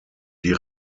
die